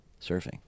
surfing